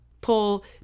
pull